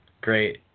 great